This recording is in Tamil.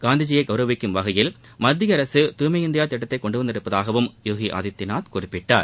காந்திஜீயை கௌரவிக்கும் வகையில் மத்திய அரசு தூய்மை இந்தியா திட்டத்தை கொண்டு வந்திருப்பதாகவும் யோகி ஆதித்யநாத் குறிப்பிட்டார்